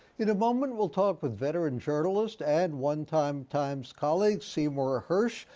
in a moment, we'll talk with veteran journalist and one time times colleague seymour ah hersh.